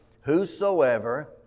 Whosoever